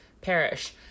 Perish